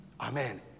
Amen